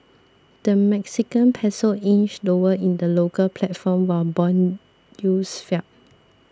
the Mexican Peso inched lower in the local platform while bond youth fell